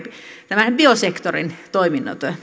biosektorin